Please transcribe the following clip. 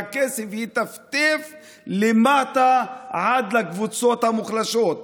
והכסף יטפטף למטה עד לקבוצות המוחלשות.